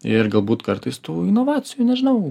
ir galbūt kartais tų inovacijų nežinau